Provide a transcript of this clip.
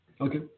Okay